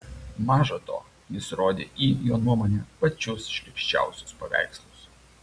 maža to jis rodė į jo nuomone pačius šlykščiausius paveikslus